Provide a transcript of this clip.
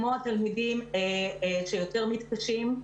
כמו התלמידים שיותר מתקשים,